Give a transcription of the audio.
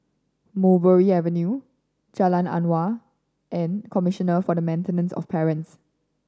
Mulberry Avenue Jalan Awang and Commissioner for the Maintenance of Parents